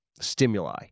stimuli